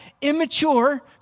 immature